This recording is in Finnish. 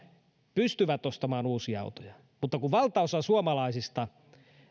pystyvät ostamaan uusia autoja mutta valtaosa suomalaisista